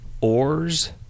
ores